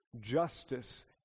justice